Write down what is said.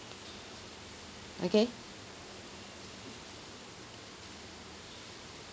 okay